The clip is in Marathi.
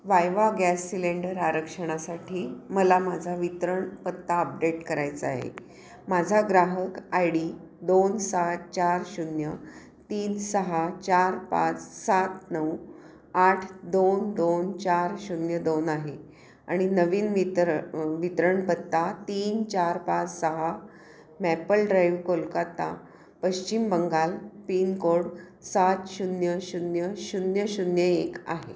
वायवा गॅस सिलेंडर आरक्षणासाठी मला माझा वितरण पत्ता अपडेट करायचा आहे माझा ग्राहक आय डी दोन सात चार शून्य तीन सहा चार पाच सात नऊ आठ दोन दोन चार शून्य दोन आहे आणि नवीन वितरण वितरण पत्ता तीन चार पाच सहा maple drive Kolkata Paschim Bangal pin code सात शून्य शून्य शून्य शून्य एक आहे